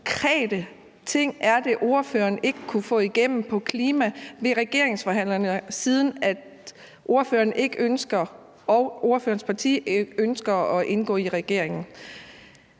konkrete ting er det, ordføreren ikke kunne få igennem på klimaområdet ved regeringsforhandlingerne, siden ordføreren og ordførerens parti ikke ønsker at indgå i regeringen?